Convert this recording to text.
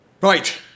Right